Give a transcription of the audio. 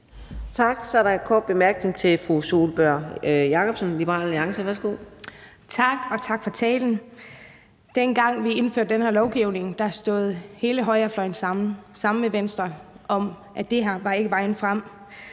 Tak. Så er der en kort bemærkning til fru Sólbjørg Jakobsen, Liberal Alliance. Værsgo. Kl. 17:14 Sólbjørg Jakobsen (LA): Tak, og tak for talen. Dengang vi indførte den her lovgivning, stod hele højrefløjen sammen med Venstre om, at det her ikke var vejen frem,